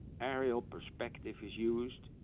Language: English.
aerial perspective is used,